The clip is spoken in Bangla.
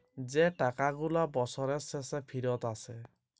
যে টাকা গুলা বসরের শেষে ফিরত আসে